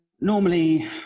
Normally